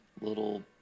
little